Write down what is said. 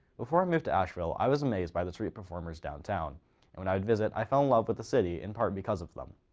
before i moved to asheville i was amazed by the street performers down town and when i would visit i fell in love with the city in part because of them.